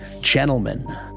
Gentlemen